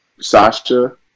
Sasha